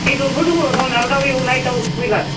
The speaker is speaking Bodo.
बेदरबो दङ दाउ एवनाय दाउ ब्रयलार